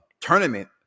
tournament